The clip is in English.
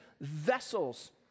vessels